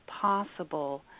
possible